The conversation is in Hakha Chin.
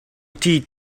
ṭih